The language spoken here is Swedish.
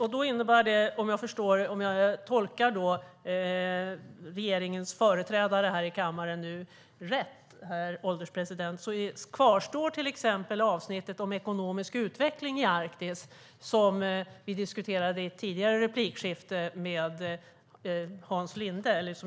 Herr ålderspresident! Om jag tolkar regeringens företrädare i kammaren rätt kvarstår då till exempel avsnittet om ekonomisk utveckling i Arktis, som jag diskuterade i ett tidigare replikskifte med Hans Linde.